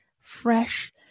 fresh